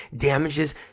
damages